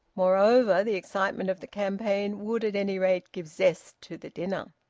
moreover, the excitement of the campaign would at any rate give zest to the dinner.